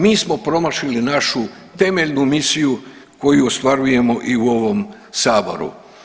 Mi smo promašili našu temeljnu misiju koju ostvarujemo i u ovom Saboru.